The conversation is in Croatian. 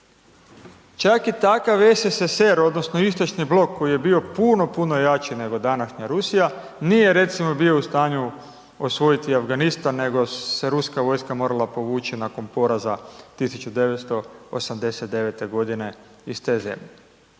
čak i takav SSSR odnosno Istočni blok koji je bio puno, puno jači nego današnja Rusija, nije recimo bio u stanju osvojiti Afganistan, nego se ruska vojska morala povući nakon poraza 1989.g. iz te zemlje.